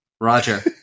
Roger